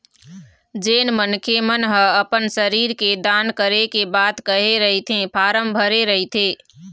जेन मनखे मन ह अपन शरीर के दान करे के बात कहे रहिथे फारम भरे रहिथे